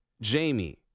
Jamie